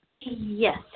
Yes